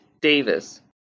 Davis